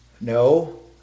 no